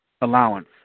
allowance